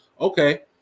Okay